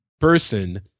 person